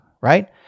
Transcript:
right